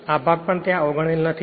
આ ભાગ પણ ત્યાં અવગણેલ નથી